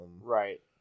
Right